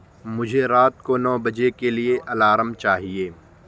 مجھے رات کے نو بجے کے لیے الارم چاہیے